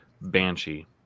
banshee